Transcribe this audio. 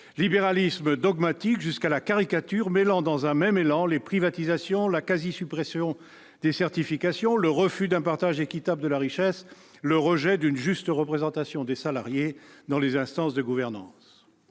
libéralisme dogmatique jusqu'à la caricature, mêlant dans un même élan les privatisations, la quasi-suppression des certifications, le refus d'un partage équitable de la richesse et le rejet d'une juste représentation des salariés dans les instances de gouvernance.